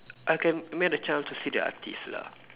I can met a chance to see the artiste lah